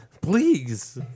Please